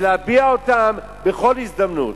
ולהביע אותן בכל הזדמנות.